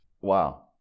Wow